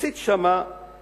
הסית שם נגד